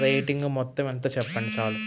rating మొత్తం ఎంతో చెప్పండి చాలు